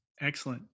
Excellent